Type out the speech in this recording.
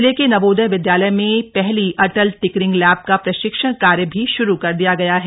जिले के नवोदय विद्यालय में पहली अटल टिंकरिंग लैब का प्रशिक्षण कार्य भी शुरु कर दिया गया है